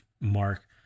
mark